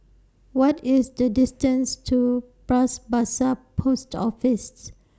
What IS The distance to Bras Basah Post Offices